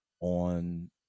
on